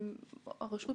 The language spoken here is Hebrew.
הרשות